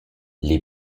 les